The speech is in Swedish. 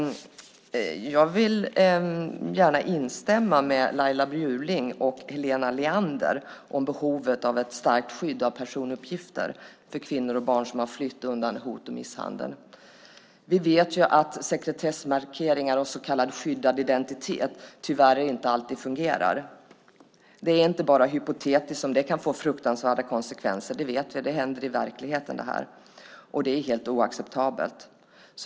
Jag vill gärna instämma med Laila Bjurling och Helena Leander om behovet av ett starkt skydd av personuppgifter för kvinnor och barn som har flytt undan hot och misshandel. Vi vet att sekretessmarkeringar och så kallad skyddad identitet tyvärr inte alltid fungerar. Det är inte bara hypotetiskt som det kan få fruktansvärda konsekvenser. Vi vet att det händer i verkligheten, och det är helt oacceptabelt.